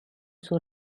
sul